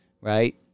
Right